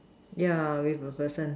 yeah with a person